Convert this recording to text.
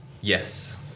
Yes